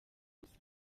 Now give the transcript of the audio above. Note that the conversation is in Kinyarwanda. usa